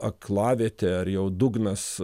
aklavietė ar jau dugnas